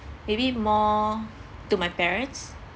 maybe more to my parents